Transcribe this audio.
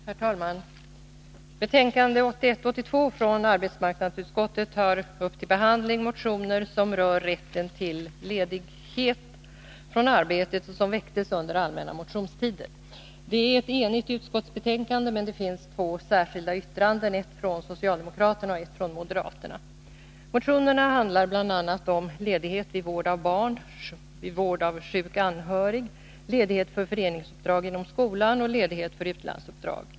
Herr talman! Betänkande 1981/82:7 från arbetsmarknadsutskottet tar upp till behandling motioner som rör rätten till ledighet från arbetet och som väcktes under allmänna motionstiden. Det är ett enigt utskottsbetänkande, men det finns två särskilda yttranden — ett från socialdemokraterna och ett från moderaterna. Motionerna handlar bl.a. om ledighet vid vård av barn och vård av sjuk anhörig, ledighet för föreningsuppdrag inom skolan och ledighet för utlandsuppdrag.